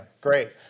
great